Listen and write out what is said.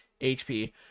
HP